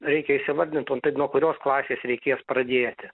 reikia įsivardint o tai nuo kurios klasės reikės pradėti